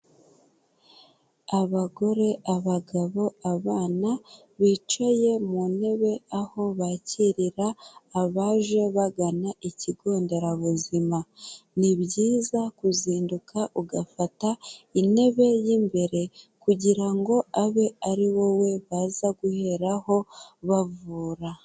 Abagore, abagabo, abana bicaye mu ntebe, aho bakirira abaje bagana ikigo nderabuzima. Ni byiza kuzinduka ugafata intebe y'imbere kugira ngo abe ari wowe baza guheraho bavura.